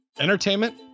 entertainment